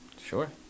Sure